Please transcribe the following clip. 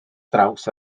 draws